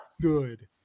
good